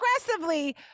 aggressively